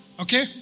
Okay